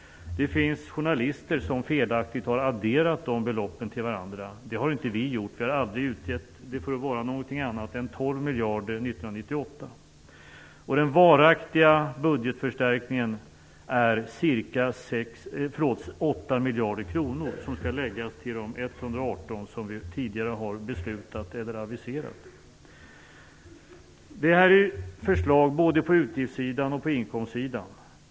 Det finns journalister som felaktigt har adderat dessa belopp, men det har inte vi gjort. Vi har inte utgett det för att vara någonting annat är 12 miljarder 1998. Den varaktiga budgetförstärkningen är ca 8 miljarder kronor, som skall läggas till de 118 miljarder som vi tidigare har aviserat. Detta är förslag både på inkomstsidan och utgiftssidan.